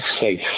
safe